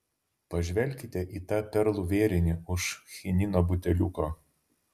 pažvelkite į tą perlų vėrinį už chinino buteliuko